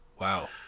Wow